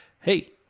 Hey